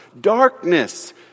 darkness